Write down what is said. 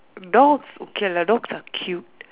dogs okay lah dogs are cute